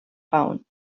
phone